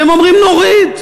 והם אומרים: נוריד,